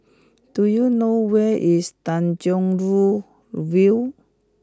do you know where is Tanjong Rhu View